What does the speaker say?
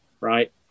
right